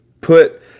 put